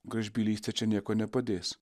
gražbylystė čia niekuo nepadės